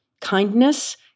kindness